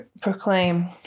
proclaim